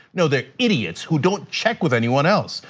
no, they're idiots who don't check with anyone else.